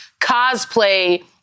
cosplay